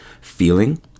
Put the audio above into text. feeling